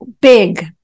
big